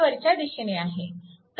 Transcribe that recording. हा वरच्या दिशेने आहे